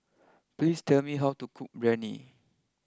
please tell me how to cook Biryani